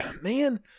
man